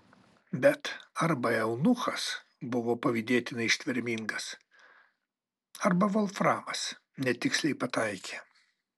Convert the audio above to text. bet arba eunuchas buvo pavydėtinai ištvermingas arba volframas netiksliai pataikė